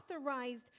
authorized